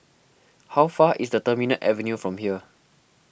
how far is the Terminal Avenue from here